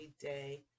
day